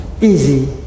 easy